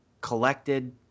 collected